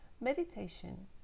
meditation